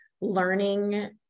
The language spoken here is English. learning